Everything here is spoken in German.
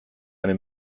eine